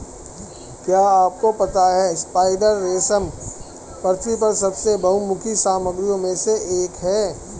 क्या आपको पता है स्पाइडर रेशम पृथ्वी पर सबसे बहुमुखी सामग्रियों में से एक है?